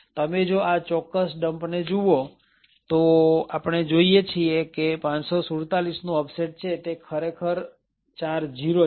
તમે જો આ ચોક્કસ ડમ્પ ને જુઓ તો આપણે જોઈએ છીએ કે 547નું ઓફસેટ છે તે ખરેખર આ ચાર ઝીરો છે